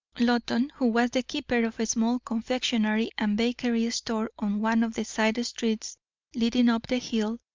loton, who was the keeper of a small confectionery and bakery store on one of the side streets leading up the hill,